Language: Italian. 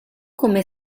come